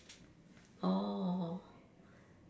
orh